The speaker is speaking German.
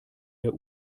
der